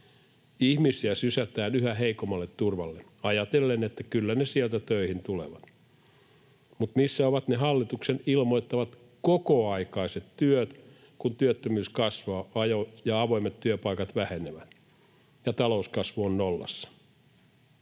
Ihmisiä sysätään yhä heikommalle turvalle ajatellen, että kyllä ne sieltä töihin tulevat. Mutta missä ovat ne hallituksen ilmoittamat kokoaikaiset työt, kun työttömyys kasvaa ja avoimet työpaikat vähenevät ja talouskasvu on nollassa?